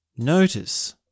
Notice